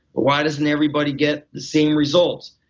why doesn't everybody get the same results?